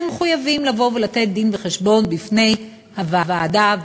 הם יהיו מחויבים לתת דין-וחשבון בפני הוועדה,